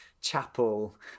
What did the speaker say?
Chapel